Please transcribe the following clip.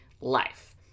life